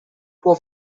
può